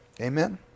Amen